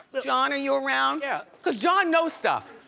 john, are you around? yeah. cause john knows stuff.